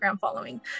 following